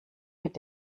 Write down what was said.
mit